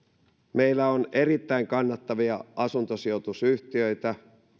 meillä on erittäin kannattavia asuntosijoitusyhtiöitä